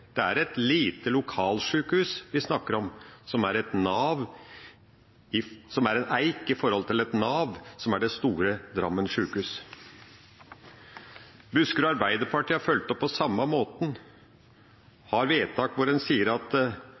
Det er et lite lokalsjukehus vi snakker om, som er en eik i det navet som er det store Drammen sjukehus. Buskerud Arbeiderparti har fulgt opp på samme måten, de har vedtak hvor en sier at